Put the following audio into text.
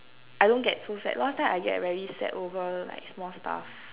I don't get so sad last time I get very sad over like small stuff